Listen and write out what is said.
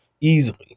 easily